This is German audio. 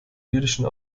jüdischen